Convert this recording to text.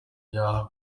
yaha